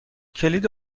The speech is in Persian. کلید